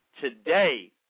Today